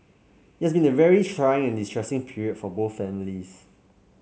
it has been a very trying and distressing period for both families